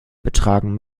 betragen